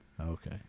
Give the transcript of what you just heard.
Okay